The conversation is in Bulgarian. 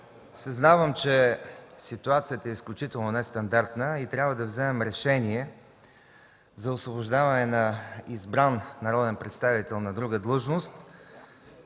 съзнавам, че ситуацията е изключително нестандартна и трябва да вземем решение за освобождаване на избран народен представител на друга длъжност,